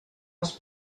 els